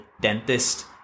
dentist